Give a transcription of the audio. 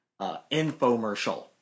infomercial